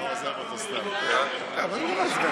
את פניני הלשון ממך שמעתי שנה שלמה.